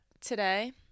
today